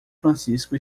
francisco